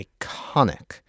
iconic